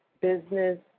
business